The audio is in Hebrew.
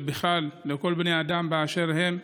ובכלל לכל בני האדם באשר הם,